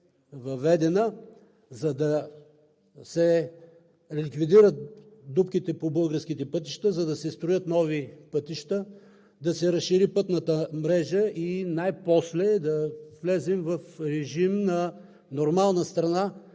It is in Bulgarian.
въведена, за да се ликвидират дупките по българските пътища, за да се строят нови пътища, да се разшири пътната мрежа и най-после да влезем в режим на нормална страна